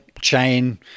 chain